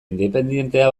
independentea